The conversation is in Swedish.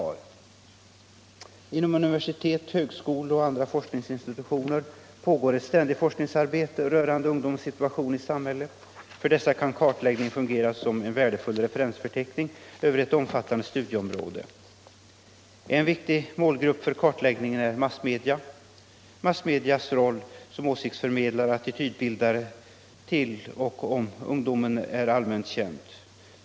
Inom universitet, högskolor och andra forskningsinstitutioner pågår ett ständigt forskningsarbete rörande ungdomens situation i samhället. För dessa kan kartläggningen fungera som en värdefull referensförteckning över ett omfattande studieområde. En viktig målgrupp för kartläggningen är massmedia. Massmedias roll som åsiktsförmedlare och attitydbildare till och om ungdomen är allmänt känd.